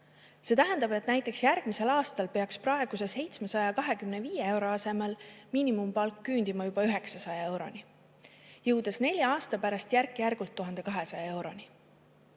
See tähendab, et näiteks järgmisel aastal peaks praeguse 725 euro asemel miinimumpalk küündima juba 900 euroni, jõudes nelja aasta pärast järk-järgult 1200 euroni.